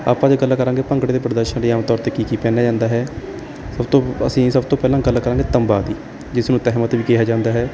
ਆਪਾਂ ਅ ਗੱਲ ਕਰਾਂਗੇ ਭੰਗੜੇ ਦੇ ਪ੍ਰਦਰਸ਼ਨ ਲਈ ਆਮ ਤੌਰ 'ਤੇ ਕੀ ਕੀ ਪਹਿਨਿਆਂ ਜਾਂਦਾ ਹੈ ਸਭ ਤੋਂ ਅਸੀਂ ਸਭ ਤੋਂ ਪਹਿਲਾਂ ਗੱਲ ਕਰਾਂਗੇ ਤੰਬਾ ਦੀ ਜਿਸ ਨੂੰ ਤਹਿਮਤ ਵੀ ਕਿਹਾ ਜਾਂਦਾ ਹੈ